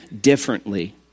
differently